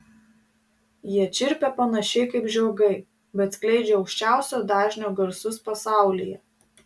jie čirpia panašiai kaip žiogai bet skleidžia aukščiausio dažnio garsus pasaulyje